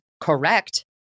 correct